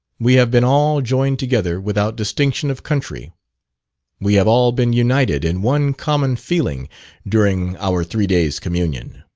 we have been all joined together without distinction of country we have all been united in one common feeling during our three days' communion.